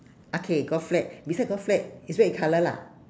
okay got flag beside got flag is red colour lah